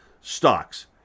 stocks